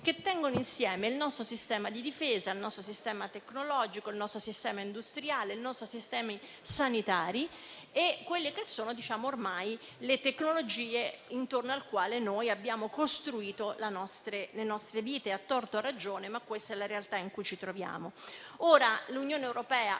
che tengono insieme il nostro sistema di difesa, il nostro sistema tecnologico, il nostro sistema industriale, i nostri sistemi sanitari e le tecnologie intorno alle quali abbiamo costruito le nostre vite. A torto o a ragione, questa è la realtà in cui ci troviamo.